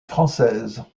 française